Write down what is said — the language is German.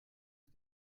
ist